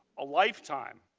a lifetime.